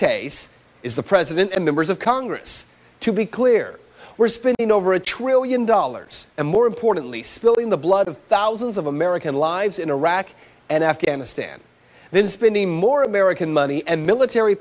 case is the president and members of congress to be clear were spent in over a trillion dollars and more importantly spilling the blood of thousands of american lives in iraq and afghanistan then spending more american money and military